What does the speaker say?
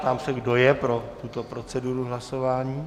Ptám se, kdo je pro tuto proceduru hlasování.